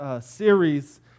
series